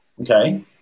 Okay